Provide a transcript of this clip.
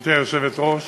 גברתי היושבת-ראש,